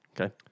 Okay